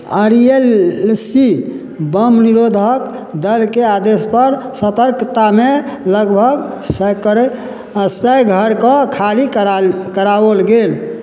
तकर बाद आर एल सी बम निरोधक दलके आदेशपर सतर्कतामे लगभग सय घरके खाली कराओल गेल